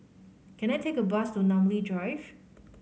can I take a bus to Namly Drive